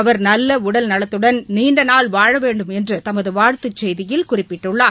அவர் நல்ல உடல்நலத்துடன் நீண்டநாள் வாழவேண்டும் என்று தமது வாழ்த்துச் செய்தியில் குறிப்பிட்டுள்ளார்